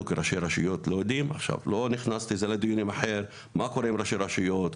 אנחנו כראשי הרשויות לא יודעים מה קורה עם כל האיומים?